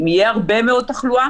אם תהיה הרבה מאוד תחלואה,